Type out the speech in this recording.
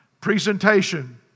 presentation